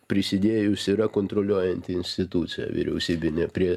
prisidėjus yra kontroliuojanti institucija vyriausybinė prie